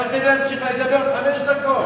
היה נותן לי להמשיך לדבר עוד חמש דקות.